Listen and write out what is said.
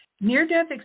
Near-death